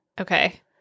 Okay